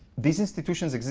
these institutions,